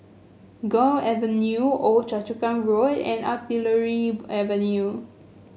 Gul Avenue Old Choa Chu Kang Road and Artillery Avenue